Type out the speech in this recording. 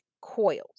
coils